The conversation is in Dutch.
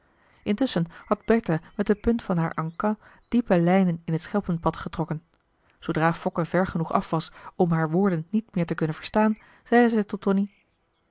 intusschen had bertha met de punt van haar en cas diepe lijnen in het schelpenpad getrokken zoodra fokke ver genoeg af was om haar woorden niet meer te kunnen verstaan zeide zij tot tonie